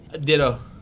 Ditto